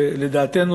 לדעתנו,